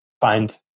find